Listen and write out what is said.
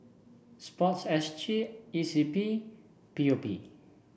sport S G E C P and P O P